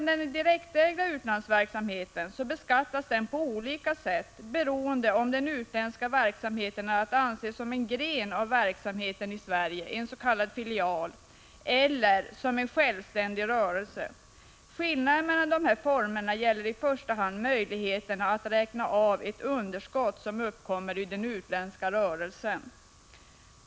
Den direktägda utlandsverksamheten beskattas på olika sätt beroende på om den är att anse som en gren av verksamheten i Sverige — en s.k. filial — eller som en självständig rörelse. Skillnaden mellan dessa former gäller i första hand möjligheterna att räkna av ett underskott som uppkommer i den utländska rörelsen.